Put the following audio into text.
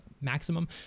maximum